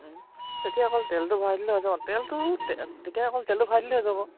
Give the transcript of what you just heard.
তেতিয়া অকল তেলটো ভৰাই দিলে হৈ যাব তেলটো তে তেতিয়া অকল তেলটো ভৰাই দিলে হৈ যাব